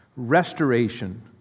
restoration